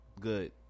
good